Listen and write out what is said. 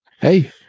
Hey